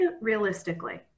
realistically